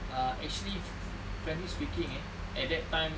ah actually frankly speaking eh at that time